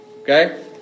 Okay